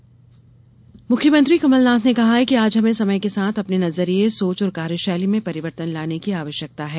कमलनाथ मुख्यमंत्री कमलनाथ ने कहा है कि आज हमें समय के साथ अपने नजरिये सोच और कार्यशैली में परिवर्तन लाने की आवश्यकता है